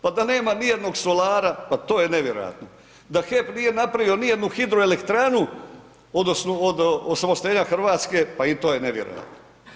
Pa da nema ni jednog solara, pa to je nevjerojatno, da HEP nije napravio ni jednu hidroelektranu, od osamostaljenju Hrvatske, pa i to je nevjerojatno.